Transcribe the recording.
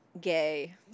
Gay